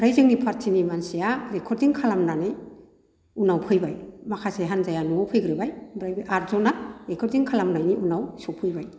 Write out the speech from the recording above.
ओमफ्राय जोंनि पार्थिनि मानसिया रेकरदिं खालामनानै उनाव फैबाय माखासे हानजाया न'आव फैग्रोबाय ओमफ्राय आथजनआ रेकरदिं खालामनायनि उनाव सफैबाय